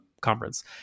conference